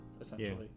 essentially